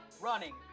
running